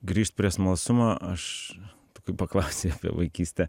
grįžt prie smalsumo aš tu kai paklausei apie vaikystę